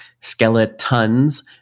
skeletons